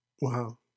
Wow